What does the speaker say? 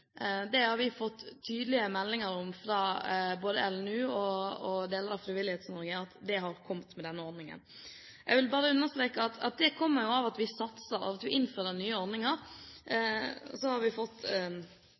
har fått tydelige meldinger fra både Landsrådet for Norges barne- og ungdomsorganisasjoner, LNU, og deler av Frivillighets-Norge om at det har kommet med denne ordningen. Jeg vil bare understreke at det at vi innfører den nye ordningen, kommer jo av at vi satser. Så har vi